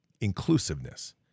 inclusiveness